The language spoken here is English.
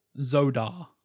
Zodar